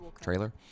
trailer